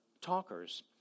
talkers